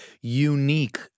unique